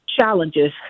challenges